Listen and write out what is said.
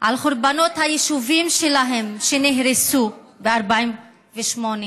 על חורבות היישובים שלהם, שנהרסו ב-48',